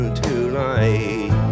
tonight